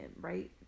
right